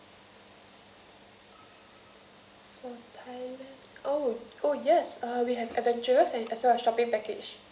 for thailand orh yes we have adventures and as well as shopping package